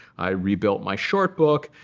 i rebuilt my short book.